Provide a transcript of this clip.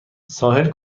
ساحل